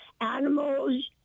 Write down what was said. animals